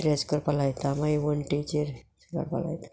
dress करपा लायता मागीर वणटीचेर काडपा लायता